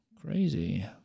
crazy